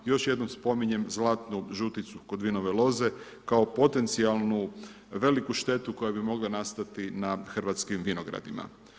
Još jednom spominjem zlatnu žuticu kod vinove loze, kao potencijalu veliku štetu, koje bi mogle nastati na hrvatskim vinogradima.